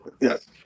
Yes